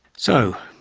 so,